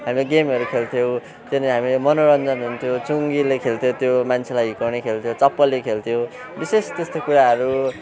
हामी गेमहरू हुन्थ्यो त्याँनिर हामीलाई मनोरञ्जन हुन्थ्यो चुङ्गीले खेल्थ्यो त्यो मान्छेलाई हिर्काउने खेल्थ्यो चप्पलले खेल्थ्यो विशेष त्यस्तो कुराहरू